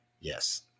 Yes